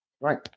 Right